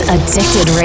Addicted